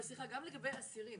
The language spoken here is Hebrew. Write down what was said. אבל גם לגבי אסירים,